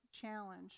challenge